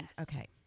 Okay